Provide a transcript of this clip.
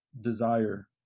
desire